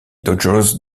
dodgers